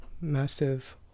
massive